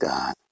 God